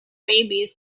babies